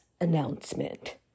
announcement